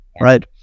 right